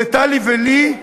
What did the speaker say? לטלי ולי,